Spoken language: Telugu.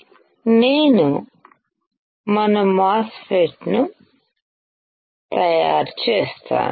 నేను మన మాస్ ఫెట్ ను తయారు చేస్తాను